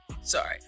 sorry